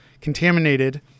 contaminated